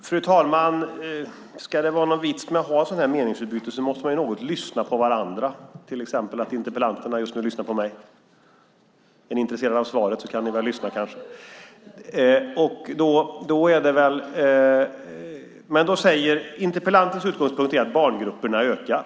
Fru talman! Ska det vara någon vits med att ha ett meningsutbyte måste man något lyssna på varandra, till exempel att interpellanterna just nu lyssnar på mig. Är ni intresserade av svaret kan ni väl kanske lyssna. Interpellantens utgångspunkt är att barngrupperna ökar.